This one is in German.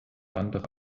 andere